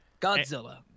Godzilla